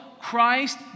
Christ